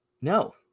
No